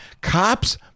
cops